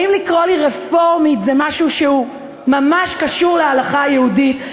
האם לקרוא לי רפורמית זה משהו שממש קשור להלכה היהודית?